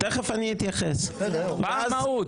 מה המהות, מה המהות?